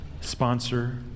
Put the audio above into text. sponsor